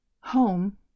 home